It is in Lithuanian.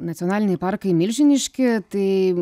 nacionaliniai parkai milžiniški tai